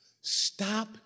Stop